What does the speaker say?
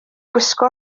gwisgo